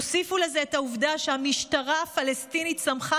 תוסיפו לזה את העובדה שהמשטרה הפלסטינית צמחה